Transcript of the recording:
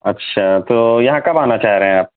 اچھا تو یہاں کب آنا چاہ رہے ہیں آپ